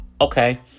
okay